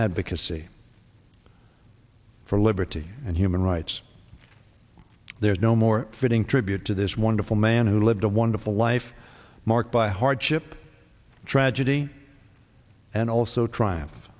advocacy for liberty and human rights there's no more fitting tribute to this wonderful man who lived a wonderful life marked by hardship tragedy and also triumph